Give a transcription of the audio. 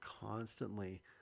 constantly